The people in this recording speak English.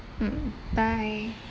mm bye